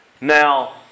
Now